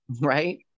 right